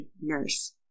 nurse